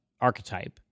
archetype